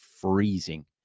freezing